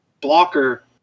blocker